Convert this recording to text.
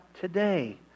today